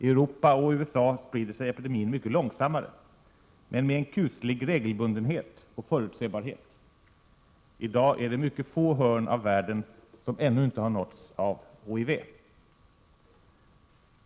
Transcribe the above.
I Europa och USA sprider sig epidemin mycket långsammare men med en kuslig regelbundenhet och förutsebarhet. I dag är det mycket få hörn av världen som ännu inte har nåtts av HIV.